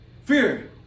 fear